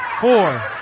Four